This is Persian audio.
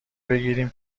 بگیریم